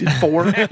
four